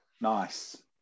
Nice